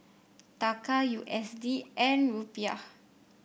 Taka U S D and Rupiah